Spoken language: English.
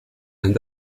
and